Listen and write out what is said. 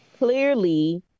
clearly